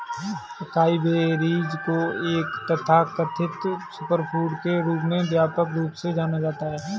acai berries को एक तथाकथित सुपरफूड के रूप में व्यापक रूप से जाना जाता है